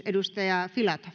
edustaja filatov